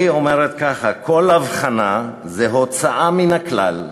היא אומרת כך: כל הבחנה והוצאה מן הכלל,